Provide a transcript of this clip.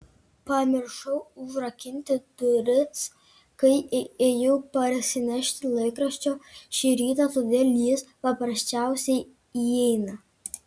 pamiršau užrakinti duris kai ėjau parsinešti laikraščio šį rytą todėl jis paprasčiausiai įeina